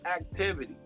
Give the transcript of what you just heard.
activity